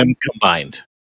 combined